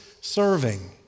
serving